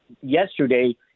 yesterday